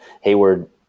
Hayward